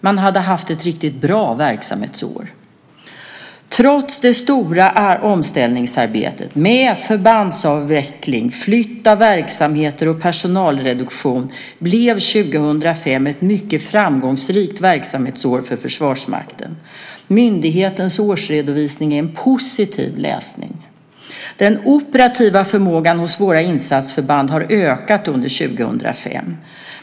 Man hade haft ett riktigt bra verksamhetsår. Trots det stora omställningsarbetet med förbandsavveckling, flytt av verksamheter och personalreduktion blev 2005 ett mycket framgångsrikt verksamhetsår för Försvarsmakten. Myndighetens årsredovisning är en positiv läsning. Den operativa förmågan hos våra insatsförband har ökat under 2005.